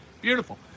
beautiful